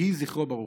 יהי זכרו ברוך.